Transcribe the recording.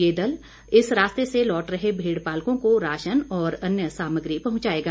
ये दल इस रास्ते से लौट रहे भेड़पालकों को राशन और अन्य सामग्री पहुंचाएगा